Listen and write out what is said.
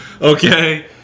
Okay